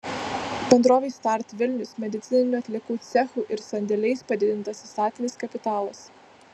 bendrovei start vilnius medicininių atliekų cechu ir sandėliais padidintas įstatinis kapitalas